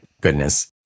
Goodness